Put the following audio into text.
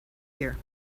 here